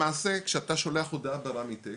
למעשה כשאתה שולח אותה ברמיטק,